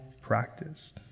practice